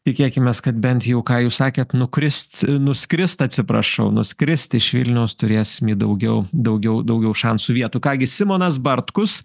tikėkimės kad bent jau ką jūs sakėt nukrist nuskrist atsiprašau nuskrist iš vilniaus turėsim į daugiau daugiau daugiau šansų vietų ką gi simonas bartkus